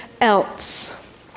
else